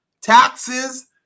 taxes